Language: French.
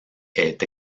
est